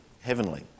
Heavenly